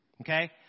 Okay